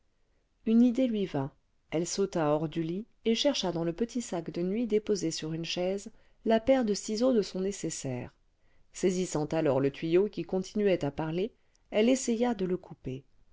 une idée lui vint elle sauta hors du lit et chercha dans le petit sac de nuit déposé sur une chaise la paire de ciseaux de son nécessaire saisissant alors le tuyau qui continuait à parler elle essaya de le couper